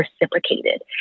reciprocated